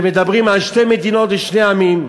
שמדברים על שתי מדינות לשני עמים,